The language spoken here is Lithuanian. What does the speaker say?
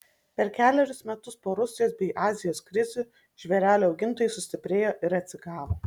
per kelerius metus po rusijos bei azijos krizių žvėrelių augintojai sustiprėjo ir atsigavo